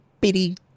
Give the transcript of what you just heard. bitty